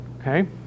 Okay